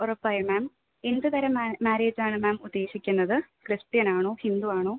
ഉറപ്പായും മാം എന്ത് തരം മാ മാര്യേജ് ആണ് മാം ഉദ്ദേശിക്കുന്നത് ക്രിസ്ത്യൻ ആണോ ഹിന്ദു ആണോ